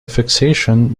fixation